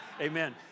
Amen